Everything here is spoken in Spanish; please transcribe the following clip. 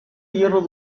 hierro